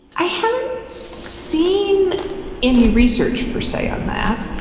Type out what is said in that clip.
i haven't seen any research per se on that.